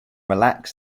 relax